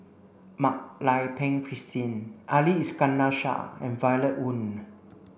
Mak Lai Peng Christine Ali Iskandar Shah and Violet Oon